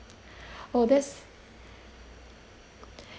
oh that's